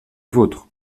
vôtres